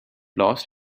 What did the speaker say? lost